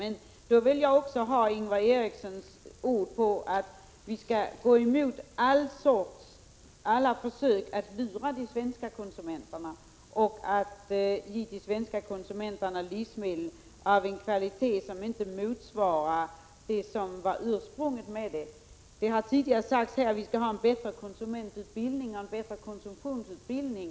Men då vill jag också ha Ingvar Erikssons ord på att vi skall gå emot alla försök att lura de svenska konsumenterna och ge de svenska konsumenterna livsmedel av en kvalitet som inte motsvarar det som var ursprunget. Det har tidigare sagts att vi skall ha bättre konsumentutbildning och bättre konsumtionsutbildning.